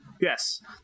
yes